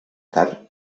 tard